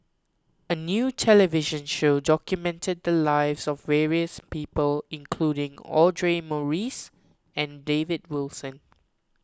a new television show documented the lives of various people including Audra Morrice and David Wilson